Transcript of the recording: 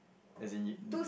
as in you